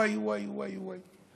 וואי, וואי, וואי, וואי.